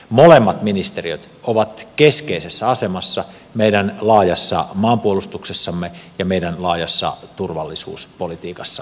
molemmat ministeriöt ovat keskeisessä asemassa meidän laajassa maanpuolustuksessamme ja meidän laajassa turvallisuuspolitiikassamme